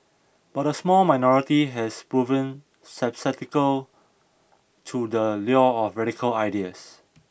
but a small minority have proven susceptible to the lure of radical ideas